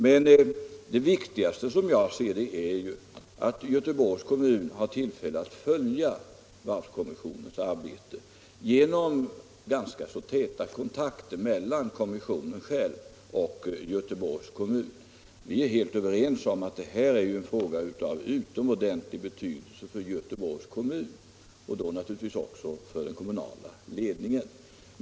Men det viktigaste är, som jag ser det, att Göteborgs kommun har tillfälle att följa varvskommissionens arbete genom ganska täta kontakter med kommissionen. Vi är helt överens om att den här frågan är av utomordentlig betydelse för Göteborgs kommun och då naturligtvis också för den kommunala ledningen.